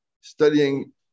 studying